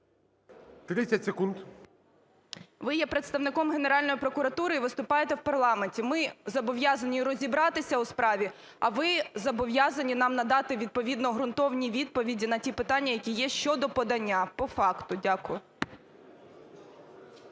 О.С. Ви є представником Генеральної прокуратура і виступаєте в парламенті. Ми зобов'язані розібратися у справі, а ви зобов'язані нам надати, відповідно, ґрунтовні відповіді на ті питання, які є щодо подання по факту. Дякую.